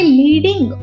leading